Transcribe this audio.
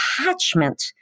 attachment